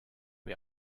wir